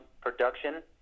production